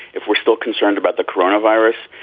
if we're still concerned about the corona virus,